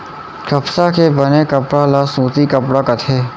कपसा के बने कपड़ा ल सूती कपड़ा कथें